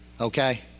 Okay